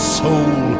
soul